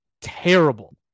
terrible